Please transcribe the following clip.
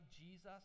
Jesus